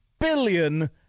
billion